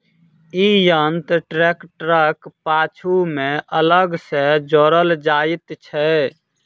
ई यंत्र ट्रेक्टरक पाछू मे अलग सॅ जोड़ल जाइत छै